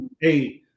hey